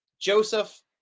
Joseph